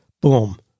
boom